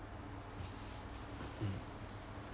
mm